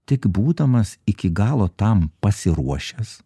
tik būdamas iki galo tam pasiruošęs